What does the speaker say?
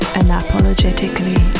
unapologetically